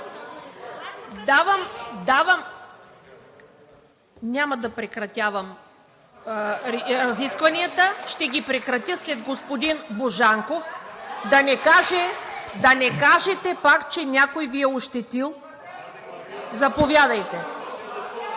ТАТЯНА ДОНЧЕВА: Няма да прекратявам разискванията. Ще ги прекратя след господин Божанков, да не кажете пак, че някой Ви е ощетил. Заповядайте.